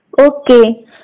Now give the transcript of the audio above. Okay